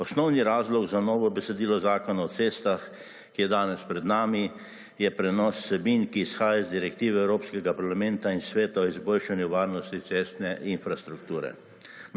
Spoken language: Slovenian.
Osnovni razlog za novo besedilo Zakona o cestah, ki je danes pred nami je prenos vsebin, ki izhajajo iz Direktive Evropskega parlamenta in Sveta o izboljšanju varnosti cestne infrastrukture.